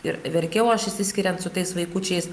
ir verkiau aš išsiskiriant su tais vaikučiais